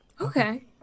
okay